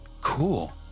Cool